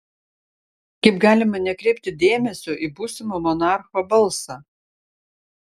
kaip galima nekreipti dėmesio į būsimo monarcho balsą